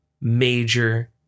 major